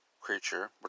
creature